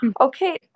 Okay